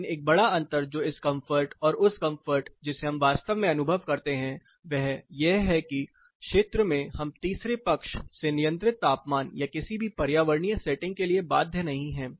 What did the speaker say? लेकिन एक बड़ा अंतर जो इस कंफर्ट और उस कंफर्ट जिसे हम वास्तव में अनुभव करते हैं वह यह है कि क्षेत्र में हम तीसरे पक्ष से नियंत्रित तापमान या किसी भी पर्यावरणीय सेटिंग के लिए बाध्य नहीं हैं